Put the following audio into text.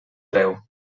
breu